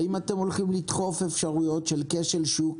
האם אתם הולכים לדחוף אפשרויות של כשל שוק